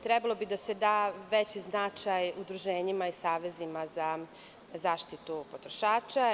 Trebalo bi da se da veći značaj udruženjima i savezima za zaštitu potrošača.